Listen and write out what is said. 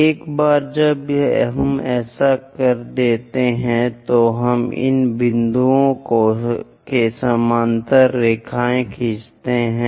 एक बार जब हम ऐसा कर लेते हैं तो हम इन बिंदुओं के समानांतर रेखाएँ खींचते हैं